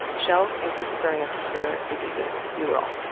michelle, thank you for growing up to cure diseases. you rule.